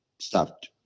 stopped